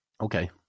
Okay